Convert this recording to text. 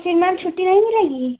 तो फ़िर मैम छुट्टी नहीं मिलेगी